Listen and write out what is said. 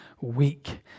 weak